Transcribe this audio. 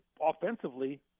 offensively